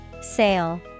Sale